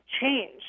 change